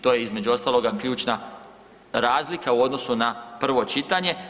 To je između ostaloga ključna razlika u odnosu na prvo čitanje.